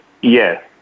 Yes